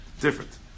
different